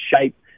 shape